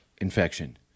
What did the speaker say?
infection